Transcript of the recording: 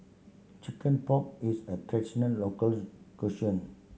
chicken pock is a traditional local cuisine